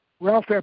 Ralph